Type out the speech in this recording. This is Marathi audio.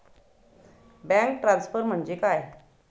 बँक ट्रान्सफर म्हणजे काय?